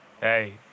Hey